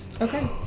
Okay